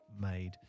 made